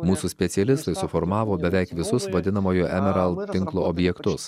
mūsų specialistai suformavo beveik visus vadinamojo emerald tinklo objektus